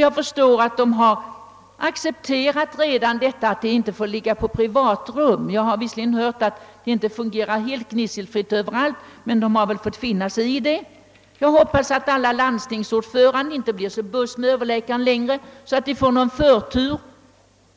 Jag förstår, att vederbörande redan accepterat, att de inte får ligga på privatrum. Jag har visserligen hört, att det inte fungerar helt gnisselfritt överallt, men man har fått finna sig i systemet. Jag hoppas också att alla landstingsordförande m.fl. inte blir så »buss» med överläkaren längre, att de får förtur.